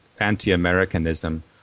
anti-Americanism